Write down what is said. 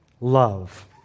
love